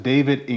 David